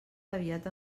aviat